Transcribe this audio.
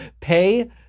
pay